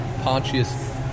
Pontius